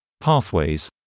pathways